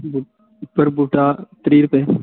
पर बूह्टा त्रीह् रपे